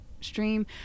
stream